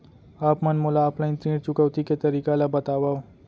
आप मन मोला ऑफलाइन ऋण चुकौती के तरीका ल बतावव?